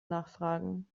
nachfragen